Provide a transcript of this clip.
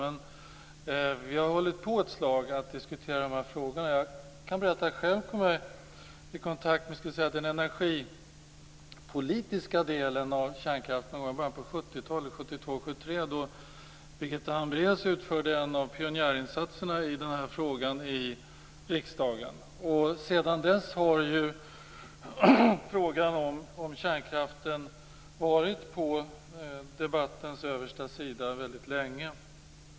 Men vi har hållit på ett tag att diskutera de här frågorna. Själv kom jag i kontakt med den energipolitiska delen av kärnkraften någon gång i början av 70-talet, 1972-1973, när Birgitta Hambraeus utförde en av pionjärinsatserna i den här frågan i riksdagen. Sedan dess har frågan om kärnkraften varit på debattens översta sida - alltså väldigt länge.